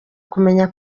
kumenya